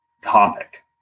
Topic